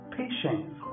patience